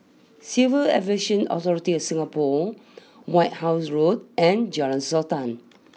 Civil Aviation Authority of Singapore White house Road and Jalan Sultan